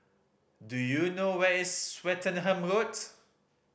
do you know where is Swettenham Roads